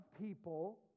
people